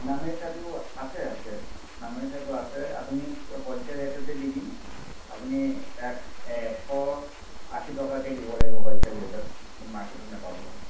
নামেৰী চাহটো আছে আছে নামেৰী চাহটো আছে আপুনি হলছেল ৰেটতে দি দিম আপুনি এশ আশী টকাকৈ দিব লাগিব হলছেল ৰেটত কিন্তু মাৰ্কেটত নাপাব আৰু